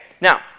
Now